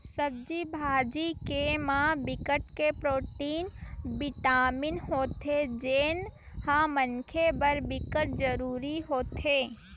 सब्जी भाजी के म बिकट के प्रोटीन, बिटामिन होथे जेन ह मनखे बर बिकट जरूरी होथे